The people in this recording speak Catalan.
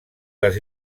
les